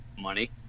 money